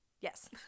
Yes